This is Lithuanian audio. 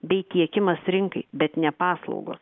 bei tiekimas rinkai bet ne paslaugo